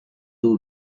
two